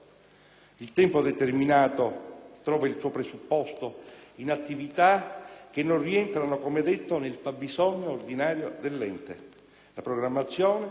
Il tempo determinato trova il suo presupposto in attività che non rientrano, come detto, nel fabbisogno ordinario dell'ente.